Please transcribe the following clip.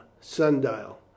Sundial